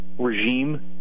regime